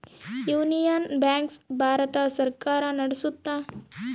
union Bank Bharata ಸರ್ಕಾರ ನಡ್ಸುತ್ತ